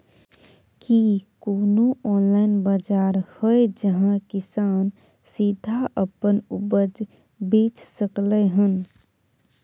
की कोनो ऑनलाइन बाजार हय जहां किसान सीधा अपन उपज बेच सकलय हन?